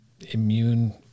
immune